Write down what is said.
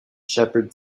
shepherd